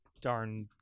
Darn